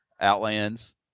Outlands